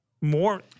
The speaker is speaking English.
more